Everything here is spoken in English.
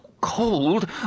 cold